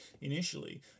initially